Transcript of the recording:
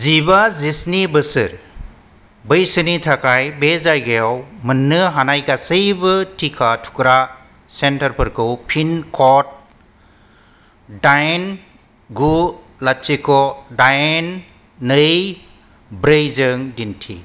जिबा जिस्नि बैसोनि थाखाय बे जायगायाव मोननो हानाय गासैबो टिका थुग्रा सेन्टारफोरखौ पिन कड दाइन गु लाथिख' दाइन नै ब्रै जों दिन्थि